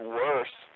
worse